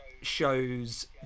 shows